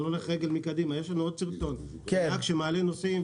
על הולך רגל מקדימה יש לנו עוד סרטון על נהג שמעלה נוסעים,